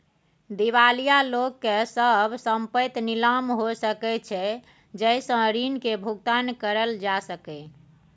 दिवालिया लोक के सब संपइत नीलाम हो सकइ छइ जइ से ऋण के भुगतान करल जा सकइ